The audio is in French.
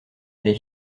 les